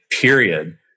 period